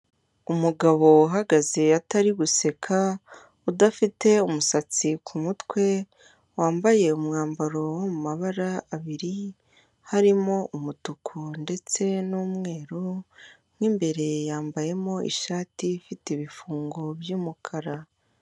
Umugabo uhagaze atari guseka, udafite umusatsi ku mutwe, wambaye umwambaro wo mu mabara abiri, harimo umutuku ndetse n'umweru, mo imbere yambayemo ishati ifite ibifungo by'umukara.